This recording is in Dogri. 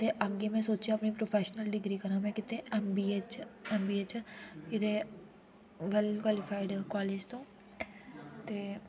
ते अग्गें में सोचेआ अपनी प्रोफेशनल डिग्री करां कीते में एमबीए च एमबीए कि ते वेल क्वालीफाइड कालेज तूं